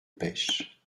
pêches